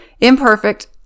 Imperfect